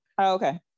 Okay